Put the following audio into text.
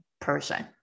person